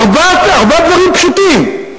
ארבעה דברים פשוטים: